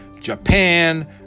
Japan